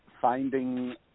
finding